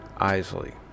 Isley